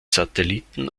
satelliten